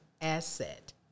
asset